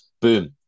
boom